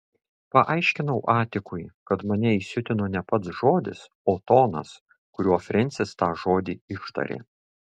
paaiškinau atikui kad mane įsiutino ne pats žodis o tonas kuriuo frensis tą žodį ištarė